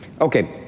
Okay